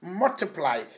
multiply